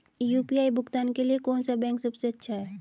UPI भुगतान के लिए कौन सा बैंक सबसे अच्छा है?